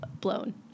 blown